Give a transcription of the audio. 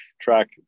track